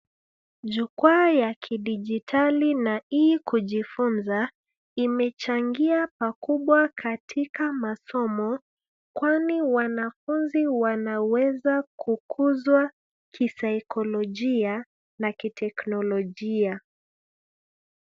Jukwaa ya kidigitali na e-kujifunza imechangia pakubwa katika masomo kwani wanafunzi wanaweza kukuzwa kisaikolojia na kiteknolojia .